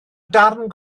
darn